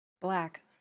black